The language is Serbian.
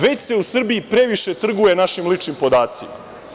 Već se u Srbiji previše trguje našim ličnim podacima.